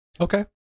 Okay